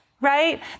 right